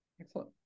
Excellent